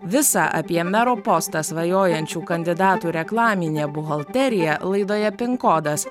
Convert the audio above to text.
visa apie mero postą svajojančių kandidatų reklaminė buhalterija laidoje pin kodas